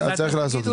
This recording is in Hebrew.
אז צריך לעשות את זה.